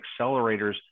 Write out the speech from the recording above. accelerators